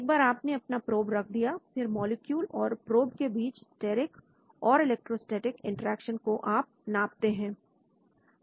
एक बार आपने अपना प्रोब रख दिया फिर मॉलिक्यूल और प्रोब के बीच स्टेरिक और इलेक्ट्रोस्टेटिक इंटरेक्शन को आप नापते हैं